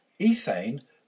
ethane